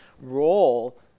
role